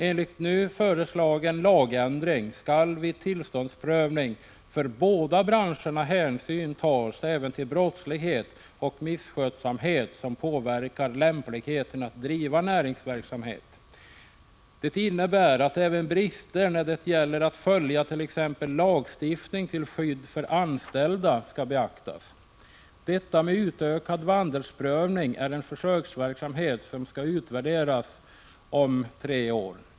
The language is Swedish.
Enligt nu föreslagen lagändring skall för båda branscherna vid tillståndsprövning hänsyn tas även till brottslighet och misskötsamhet som påverkar lämpligheten att driva näringsverksamhet. Det innebär att även brister när det t.ex. gäller att följa lagstiftning till skydd för anställda skall beaktas. Systemet med utökad vandelsprövning är en försöksverksamhet som skall utvärderas om tre år.